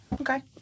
Okay